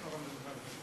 אני מבקש ממך שתשתמש,